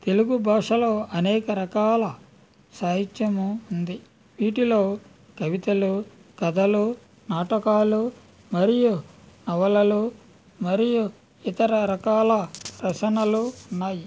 తెలుగు భాషలో అనేక రకాల సాహిత్యము ఉంది వీటిలో కవితలు కథలు నాటకాలు మరియు నవలలు మరియు ఇతర రకాల రచనలు ఉన్నాయి